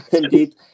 indeed